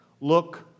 Look